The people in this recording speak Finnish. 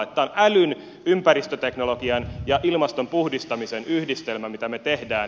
tämä on älyn ympäristöteknologian ja ilmaston puhdistamisen yhdistelmä mitä me teemme